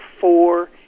four